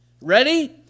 Ready